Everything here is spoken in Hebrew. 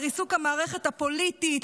לריסוק המערכת הפוליטית,